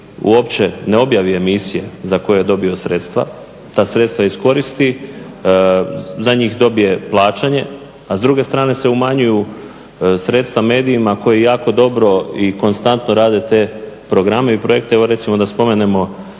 uopće ne objavi emisije za koje je dobio sredstva ta sredstva iskoristi, za njih dobije plaćanje, a s druge strane se umanjuju sredstva medijima koji jako dobro i konstantno rade te programe i projekte. Evo recimo da spomenemo